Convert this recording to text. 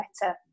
better